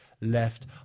left